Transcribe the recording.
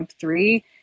three